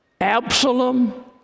Absalom